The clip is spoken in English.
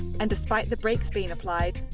and despite the brakes being applied,